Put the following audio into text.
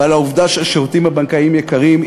ועל העובדה שהשירותים הבנקאיים יקרים,